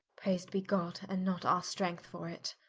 praised be god, and not our strength for it